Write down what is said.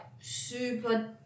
super